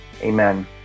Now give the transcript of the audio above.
Amen